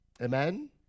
Amen